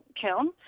kiln